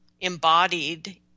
embodied